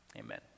Amen